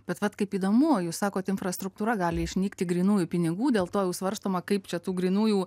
bet vat kaip įdomu jūs sakot infrastruktūra gali išnykti grynųjų pinigų dėl to jau svarstoma kaip čia tų grynųjų